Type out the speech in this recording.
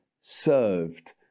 served